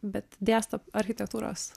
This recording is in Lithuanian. bet dėsto architektūros